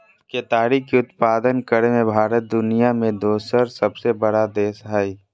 केताड़ी के उत्पादन करे मे भारत दुनिया मे दोसर सबसे बड़ा देश हय